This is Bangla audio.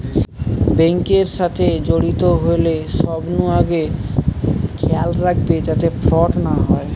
বেঙ্ক এর সাথে জড়িত হলে সবনু আগে খেয়াল রাখবে যাতে ফ্রড না হয়